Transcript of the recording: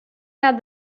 had